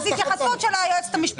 התייחסות של היועצת המשפטית.